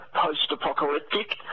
post-apocalyptic